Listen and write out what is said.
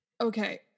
Okay